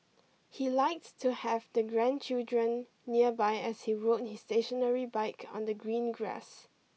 he likes to have the grandchildren nearby as he rode his stationary bike on the green grass